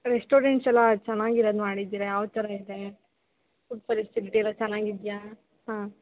restaurants ಎಲ್ಲ ಚೆನ್ನಾಗಿರೋದ್ ಮಾಡಿದ್ದೀರಾ ಯಾವ ಥರ ಇದೆ ಫುಡ್ ಫೆಸಿಲಿಟಿ ಎಲ್ಲ ಚೆನ್ನಾಗಿದೆಯಾ ಹಾಂ